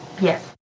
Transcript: Yes